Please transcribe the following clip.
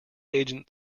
agent